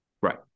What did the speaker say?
Right